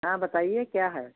हाँ बताइए क्या है